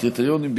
הקריטריונים,